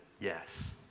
yes